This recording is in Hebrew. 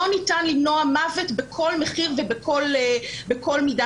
לא ניתן למנוע מוות בכל מחיר ובכל מידה.